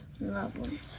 lovely